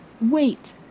Wait